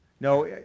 No